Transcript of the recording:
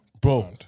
bro